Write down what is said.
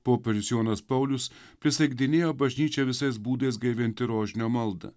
popiežius jonas paulius prisiekdinėjo bažnyčią visais būdais gaivinti rožinio maldą